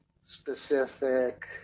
specific